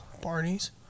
Barney's